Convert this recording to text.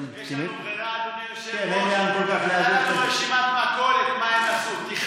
וכמי שמכירים אותה, גם